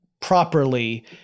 properly